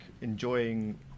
enjoying